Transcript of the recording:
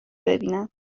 ببینم